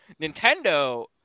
Nintendo